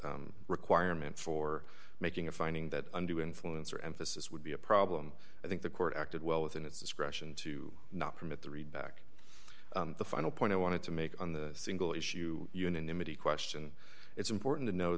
s requirement for making a finding that under the influence or emphasis would be a problem i think the court acted well within its discretion to not permit the read back the final point i wanted to make on the single issue unanimity question it's important to no